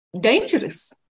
dangerous